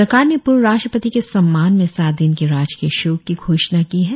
सरकार ने पूर्व राष्ट्रपति के सम्मान में सात दिन के राजकीय शोक की घोषणा की है